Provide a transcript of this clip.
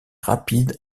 rapide